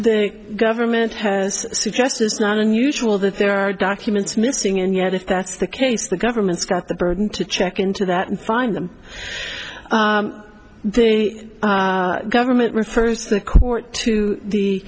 the government has suggested it's not unusual that there are documents missing and yet if that's the case the government's got the burden to check into that and find them the government refers the court to the